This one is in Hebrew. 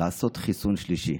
לעשות חיסון שלישי.